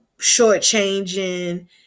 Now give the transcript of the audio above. shortchanging